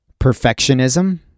Perfectionism